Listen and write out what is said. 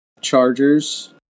Chargers